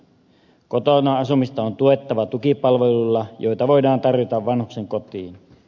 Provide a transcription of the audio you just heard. kotona asumista on tuettava tukipalveluilla joita voidaan tarvita vanhuksen kotiin